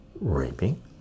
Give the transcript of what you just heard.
raping